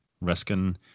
risking